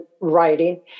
writing